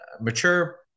mature